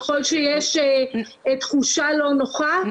ככל שיש תחושה לא נוחה,